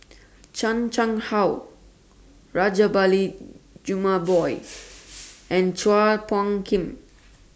Chan Chang How Rajabali Jumabhoy and Chua Phung Kim